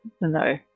No